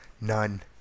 none